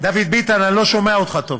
דוד ביטן, אני לא שומע אותך טוב,